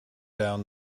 down